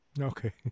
okay